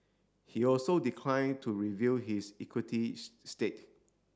he also declined to reveal his equity stake